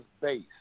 base